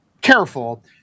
careful